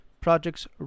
projects